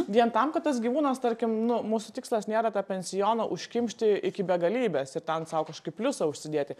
vien tam kad tas gyvūnas tarkim nu mūsų tikslas nėra ta pensioną užkimšti iki begalybės ir ten sau kažkokį pliusą užsidėti